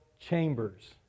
Chambers